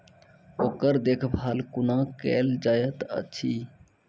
ओकर देखभाल कुना केल जायत अछि?